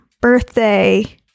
Birthday